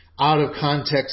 out-of-context